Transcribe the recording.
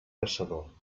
caçador